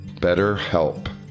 BetterHelp